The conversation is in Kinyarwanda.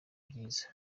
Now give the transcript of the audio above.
byiza